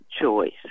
choice